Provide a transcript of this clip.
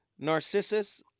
Narcissus